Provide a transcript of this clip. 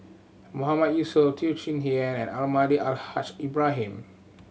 Mahmood Yusof Teo Chee Hean and Almahdi Al Haj Ibrahim